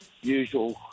usual